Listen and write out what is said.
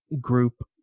group